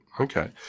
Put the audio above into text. okay